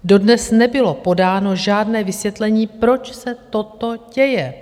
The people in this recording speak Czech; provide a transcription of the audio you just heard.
Dodnes nebylo podáno žádné vysvětlení, proč se toto děje.